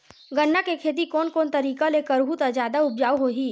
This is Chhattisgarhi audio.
गन्ना के खेती कोन कोन तरीका ले करहु त जादा उपजाऊ होही?